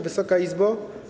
Wysoka Izbo!